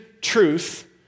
truth